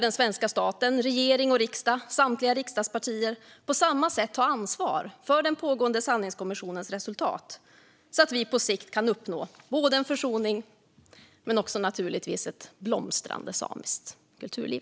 Den svenska staten - regering, riksdag och samtliga riksdagspartier - behöver på samma sätt ta ansvar för den pågående sanningskommissionens resultat så att vi på sikt kan uppnå både en försoning och också naturligtvis ett blomstrande samiskt kulturliv.